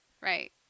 right